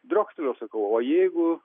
driokstelėjau sakau o jeigu